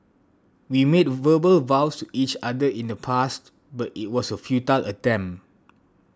we made verbal vows to each other in the past but it was a futile attempt